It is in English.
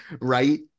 right